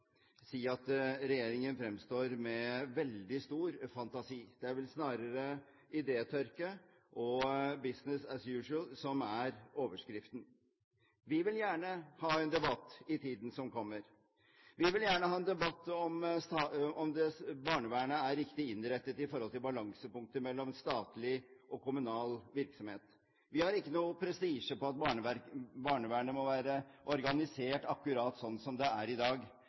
si at regjeringen fremstår med veldig stor fantasi. Det er vel snarere idétørke og «business as usual» som er overskriften. Vi vil gjerne ha en debatt i tiden som kommer. Vi vil gjerne ha en debatt om hvorvidt barnevernet er riktig innrettet i forhold til balansepunktet mellom statlig og kommunal virksomhet. Vi har ikke noen prestisje på at barnevernet må være organisert akkurat sånn som det er i dag.